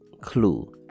clue